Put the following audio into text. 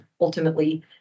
ultimately